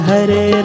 Hare